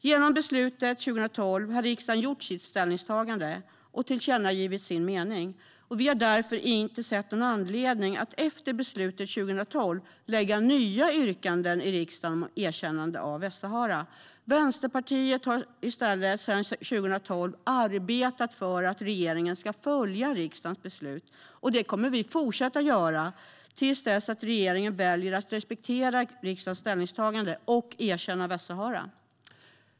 Genom beslutet 2012 har riksdagen gjort sitt ställningstagande och tillkännagivit sin mening, och vi har därför inte sett någon anledning att efter beslutet 2012 göra nya yrkanden i riksdagen om ett erkännande av Västsahara. Vänsterpartiet har i stället sedan 2012 arbetat för att regeringen ska följa riksdagens beslut, och det kommer vi att fortsätta göra till dess regeringen väljer att respektera riksdagens ställningstagande och erkänna Västsahara.